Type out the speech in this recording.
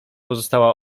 pozostała